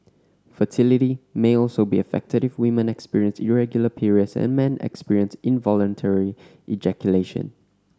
fertility may also be affected if women experience irregular periods and men experience involuntary ejaculation